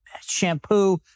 shampoo